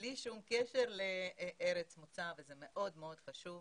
בלי שום קשר לארץ המוצא, וזה מאוד מאוד חשוב.